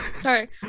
Sorry